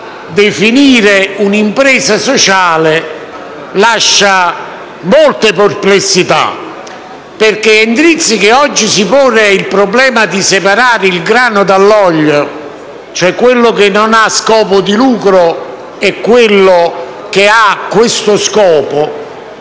definire un'impresa sociale lascia molte perplessità. Il collega Endrizzi, che oggi si pone il problema di separare il grano dal loglio, cioè quello che non ha scopo di lucro da quello che lo ha,